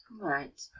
Right